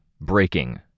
Breaking